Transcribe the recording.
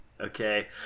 Okay